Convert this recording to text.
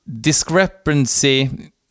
discrepancy